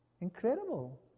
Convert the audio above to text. Incredible